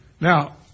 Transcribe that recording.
Now